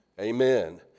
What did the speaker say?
Amen